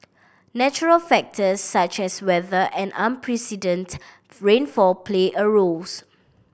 natural factors such as weather and unprecedented rainfall play a roles